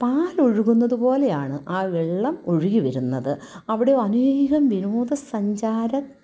പാലൊഴുകുന്നതു പോലെയാണ് ആ വെള്ളം ഒഴുകി വരുന്നത് അവിടെ അനേകം വിനോദ സഞ്ചാര